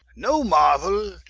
no maruell,